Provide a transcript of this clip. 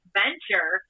venture